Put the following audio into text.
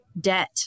debt